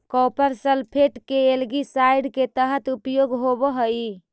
copper sulphate के algicide के तरह उपयोग होवऽ हई